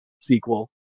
sequel